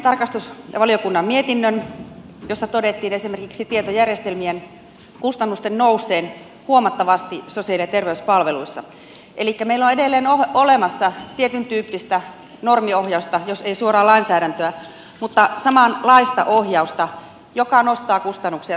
eilen kuulimme tarkastusvaliokunnan mietinnön jossa todettiin esimerkiksi tietojärjestelmien kustannusten nousseen huomattavasti sosiaali ja terveyspalveluissa elikkä meillä on edelleen olemassa tietyntyyppistä normiohjausta jos ei suoraan lainsäädäntöä samanlaista ohjausta joka nostaa kustannuksia sosiaali ja terveyspalveluissa